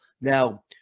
Now